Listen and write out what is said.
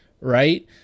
right